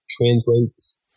translates